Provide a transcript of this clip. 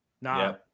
Nah